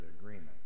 agreement